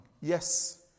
Yes